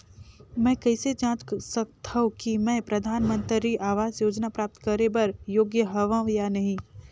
मैं कइसे जांच सकथव कि मैं परधानमंतरी आवास योजना प्राप्त करे बर योग्य हववं या नहीं?